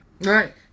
Right